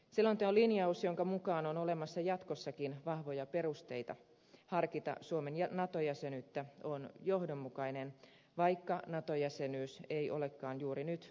selonteon linjaus jonka mukaan on olemassa jatkossakin vahvoja perusteita harkita suomen nato jäsenyyttä on johdonmukainen vaikka nato jäsenyys ei olekaan juuri nyt ajankohtainen